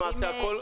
אנחנו נעשה הכול.